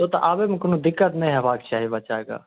से तऽ आबैमे कोनो दिक्कत नहि होयबाक चाही बच्चाके